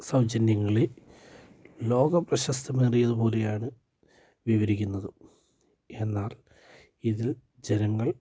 സൗജന്യങ്ങളിൽ ലോകപ്രശസ്തമേറിയത് പോലെയാണ് വിവരിക്കുന്നതും എന്നാൽ ഇതിൽ ജനങ്ങൾ